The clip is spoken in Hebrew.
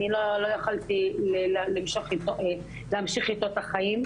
אני לא יכולתי להמשיך אתו את החיים,